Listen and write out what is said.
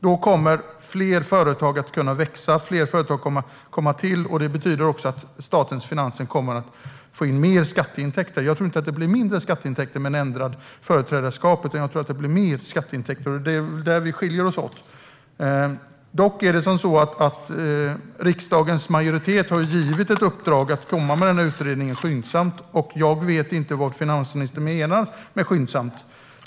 Då kommer fler företag att kunna växa och komma till. Det betyder att mer skatteintäkter kommer in till statens finanser. Det blir inte mindre skatteintäkter om man ändrar företrädaransvaret, utan det blir mer. Det är där vi skiljer oss åt. Riksdagens majoritet har givit ett uppdrag att skyndsamt komma med en utredning. Jag vet inte vad finansministern menar med skyndsamt.